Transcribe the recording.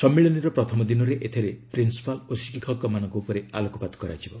ସମ୍ମିଳନୀର ପ୍ରଥମ ଦିନରେ ଏଥିରେ ପ୍ରିନ୍ସପାଲ୍ ଓ ଶିକ୍ଷକମାନଙ୍କ ଉପରେ ଆଲୋକପାତ କରାଯିବ